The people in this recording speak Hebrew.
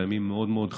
הימים מאוד מאוד חמים.